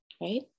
right